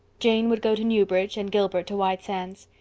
jane would go to newbridge and gilbert to white sands.